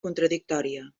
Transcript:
contradictòria